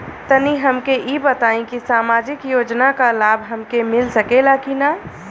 तनि हमके इ बताईं की सामाजिक योजना क लाभ हमके मिल सकेला की ना?